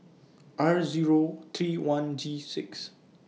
R Zero three one G six